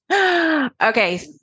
Okay